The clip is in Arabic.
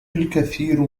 الكثير